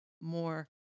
more